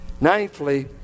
Ninthly